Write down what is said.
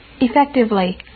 effectively